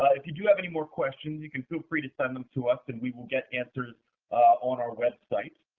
if you do have any more questions, you can feel free to send them to us, and we will get answers on our website.